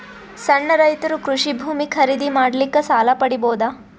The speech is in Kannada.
ಸಣ್ಣ ರೈತರು ಕೃಷಿ ಭೂಮಿ ಖರೀದಿ ಮಾಡ್ಲಿಕ್ಕ ಸಾಲ ಪಡಿಬೋದ?